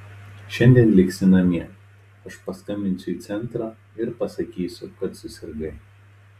šiandien liksi namie aš paskambinsiu į centrą ir pasakysiu kad susirgai